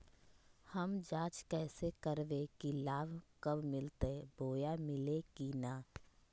हम जांच कैसे करबे की लाभ कब मिलते बोया मिल्ले की न?